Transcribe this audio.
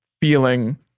feeling